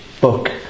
book